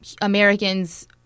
Americans